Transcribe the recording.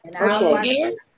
Okay